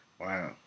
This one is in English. Wow